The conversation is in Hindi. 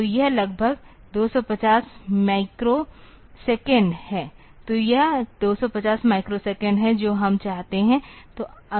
तो यह लगभग 250 माइक्रो सेकंड है तो यह 250 माइक्रोसेकंड है जो हम चाहते हैं